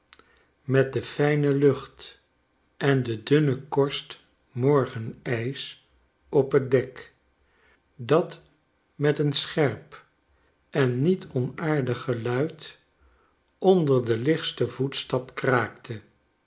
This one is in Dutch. met de fijne lucht en de dunne korst morgen ijs op t dek dat met een scherp en niet onaardig geluid onder den lichtsten voetstap kraakte